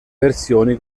versioni